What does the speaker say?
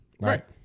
Right